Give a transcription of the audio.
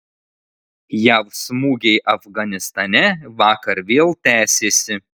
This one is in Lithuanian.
jav smūgiai afganistane vakar vėl tęsėsi